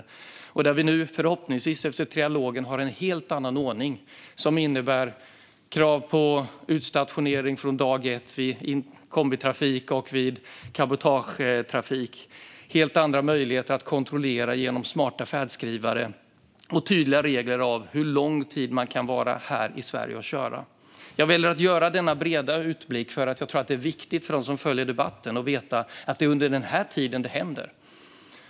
Nu efter trialogen har vi förhoppningsvis en helt annan ordning som innebär krav på utstationering från dag ett vid kombitrafik och cabotagetrafik, helt andra möjligheter till kontroller genom smarta färdskrivare och tydliga regler för hur lång tid man kan vara här i Sverige och köra. Jag har velat göra denna breda utblick därför att jag tror att det är viktigt för dem som följer debatten att veta att det är under den här tiden det händer.